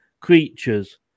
creatures